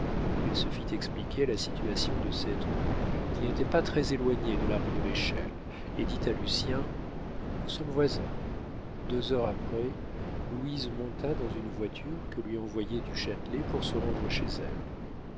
elle se fit expliquer la situation de cette rue qui n'était pas très éloignée de la rue de l'échelle et dit à lucien nous sommes voisins deux heures après louise monta dans une voiture que lui envoyait du châtelet pour se rendre chez elle